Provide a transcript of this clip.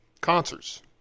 concerts